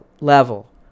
level